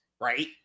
right